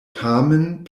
tamen